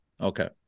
Okay